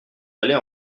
allait